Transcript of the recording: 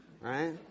Right